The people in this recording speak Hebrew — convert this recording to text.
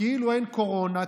כאילו אין קורונה,